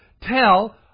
tell